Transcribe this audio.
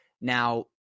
Now